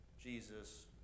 Jesus